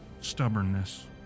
stubbornness